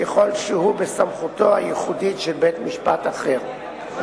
ככל שהוא בסמכותו הייחודית של בית-משפט אחר.